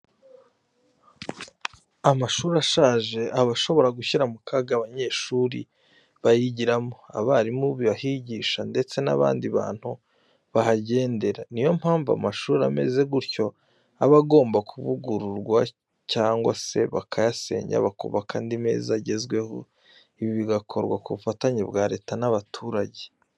Amashuri ashaje aba ashobora gushyira mu kaga abanyeshuri bayigiramo, abarimu bahigisha ndetse n'abandi bantu bahagenderera. Ni yo mpamvu amashuri ameze gutyo aba agomba kuvugururwa cyangwa se bakayasenya bakubaka andi meza agezweho. Ibi bikorwa ku bufatanye bwa leta n'abaturage.